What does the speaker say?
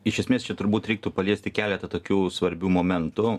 iš esmės čia turbūt reiktų paliesti keletą tokių svarbių momentų